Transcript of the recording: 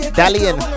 dalian